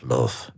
Love